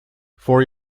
for